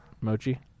Mochi